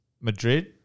Madrid